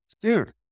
Dude